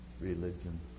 Religion